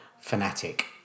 fanatic